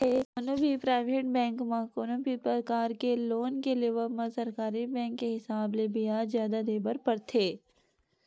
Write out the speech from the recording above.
कोनो भी private bank म कोनो भी परकार के लोन के लेवब म सरकारी बेंक के हिसाब ले बियाज जादा देय बर परथे